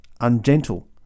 ungentle